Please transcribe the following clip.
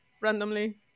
randomly